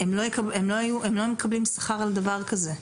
לא מקבלים שכר על דבר כזה,